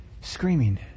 screaming